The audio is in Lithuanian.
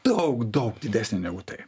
daug daug didesnė negu tai